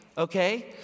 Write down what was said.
Okay